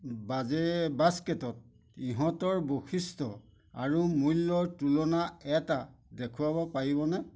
budget বাস্কেটত ইহঁতৰ বৈশিষ্ট্য আৰু মূল্যৰ তুলনা এটা দেখুৱাব পাৰিবনে